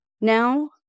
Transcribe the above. now